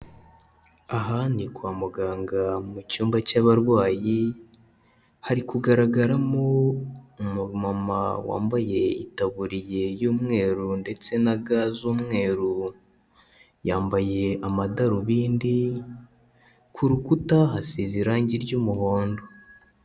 Aha ni kwa muganga mu cyumba cy'abarwayi, hari kugaragaramo umumama wambaye itaburiye y'umweru ndetse na ga z'umweru, yambaye amadarubindi, ku rukuta hasize irangi ry'umuhondo.